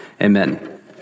amen